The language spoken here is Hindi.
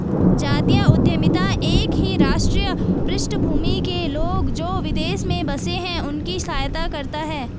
जातीय उद्यमिता एक ही राष्ट्रीय पृष्ठभूमि के लोग, जो विदेश में बसे हैं उनकी सहायता करता है